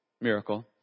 miracle